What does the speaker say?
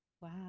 Wow